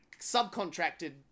subcontracted